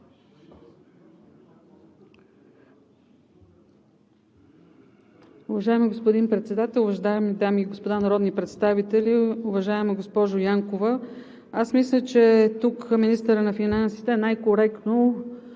Уважаеми господин Председател, уважаеми дами и господа народни представители! Уважаема госпожо Янкова, аз мисля, че тук министърът на финансите най-коректно